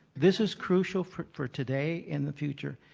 this is crucial for for today and the future,